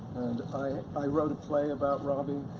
and i wrote a play about robbie,